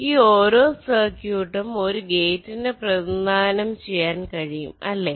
ഈ ഓരോ സർക്യൂട്ട്ടും ഒരു ഗേറ്റിനെ പ്രതിനിദാനം ചെയ്യാൻ കഴിയും അല്ലെ